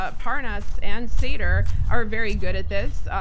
but parnas and sater are very good at this.